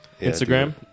Instagram